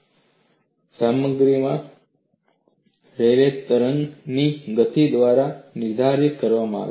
તે સામગ્રીમાં રેલે તરંગની ગતિ દ્વારા નિર્ધારિત કરવામાં આવે છે